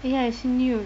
ya it's nude